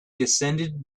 descended